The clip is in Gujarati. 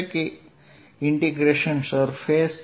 એટલે કે surfaceE